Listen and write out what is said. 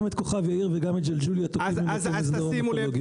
גם את כוכב יאיר וגם את ג'לג'וליה תוקעים עם אותו מסדרון אקולוגי.